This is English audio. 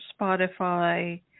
Spotify